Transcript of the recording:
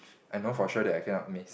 I know for sure that I cannot miss